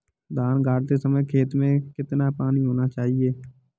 धान गाड़ते समय खेत में कितना पानी होना चाहिए?